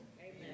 Amen